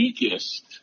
weakest